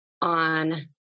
on